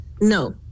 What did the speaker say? No